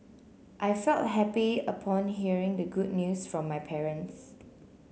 I felt happy upon hearing the good news from my parents